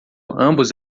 ambos